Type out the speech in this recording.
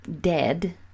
dead